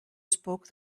spoke